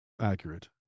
accurate